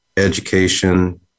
education